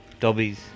dobbies